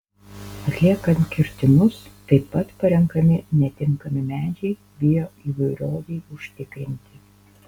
atliekant kirtimus taip pat parenkami netinkami medžiai bioįvairovei užtikrinti